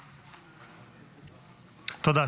תודה.